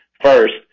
First